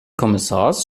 kommissars